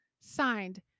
Signed